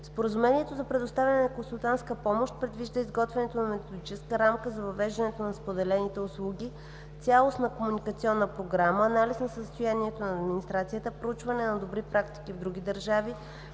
Споразумението за предоставяне на консултантска помощ предвижда изготвянето на Методическа рамка за въвеждането на споделените услуги, цялостна комуникационна програма, анализ на състоянието на администрацията, проучване на добри практики в други държави,